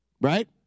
Right